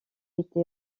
été